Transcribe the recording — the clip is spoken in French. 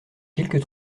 quelques